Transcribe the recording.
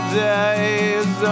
days